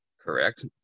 Correct